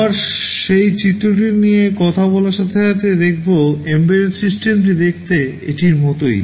আবার সেই চিত্রটি নিয়ে কথা বলার সাথে সাথে দেখবো এম্বেডেড সিস্টেমটি দেখতে এটির মতোই